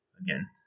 again